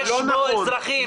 יש פה אזרחים.